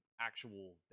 actual